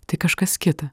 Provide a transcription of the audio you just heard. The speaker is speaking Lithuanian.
tai kažkas kita